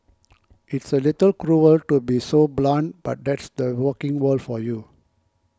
it's a little cruel to be so blunt but that's the working world for you